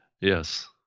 yes